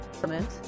comment